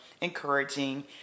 encouraging